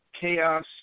chaos